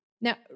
Now